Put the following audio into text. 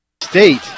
State